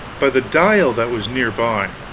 by the dial that was near by.